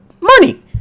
money